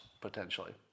potentially